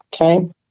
okay